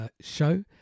show